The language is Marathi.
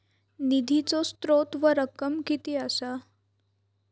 निधीचो स्त्रोत व रक्कम कीती असा?